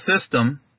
system